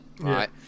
right